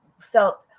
felt